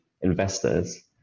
investors